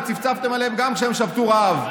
וצפצפתם עליהם גם כשהם שבתו רעב.